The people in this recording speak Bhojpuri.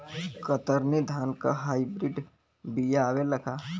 कतरनी धान क हाई ब्रीड बिया आवेला का?